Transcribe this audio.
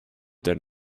than